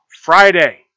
Friday